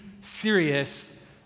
serious